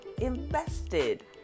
invested